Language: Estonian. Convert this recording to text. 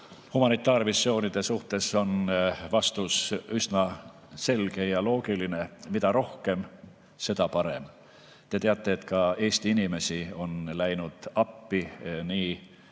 Humanitaarmissioonide suhtes on vastus üsna selge ja loogiline: mida rohkem, seda parem. Te teate, et ka Eesti inimesi on läinud appi,